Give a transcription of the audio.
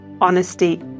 honesty